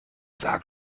sag